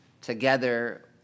together